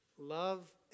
Love